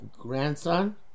grandson